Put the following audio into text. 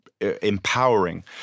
empowering